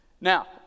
Now